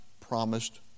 promised